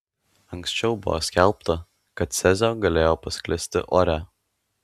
anksčiau buvo skelbta kad cezio galėjo pasklisti ore